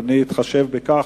אני אתחשב בכך,